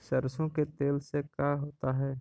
सरसों के तेल से का होता है?